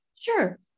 Sure